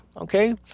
okay